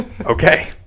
Okay